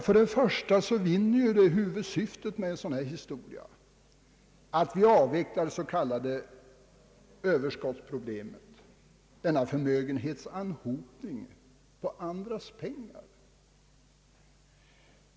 För det första vinner vi det huvudsyftet med en sådan ordning att vi avvecklar det s.k. överskottsproblemet, förmögenhetsanhopningen av andras pengar.